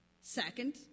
Second